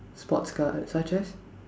sports car such as